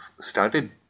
started